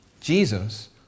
Jesus